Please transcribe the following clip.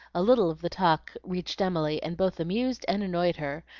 a little of the talk reached emily and both amused and annoyed her,